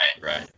right